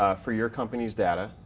ah for your company's data,